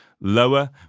Lower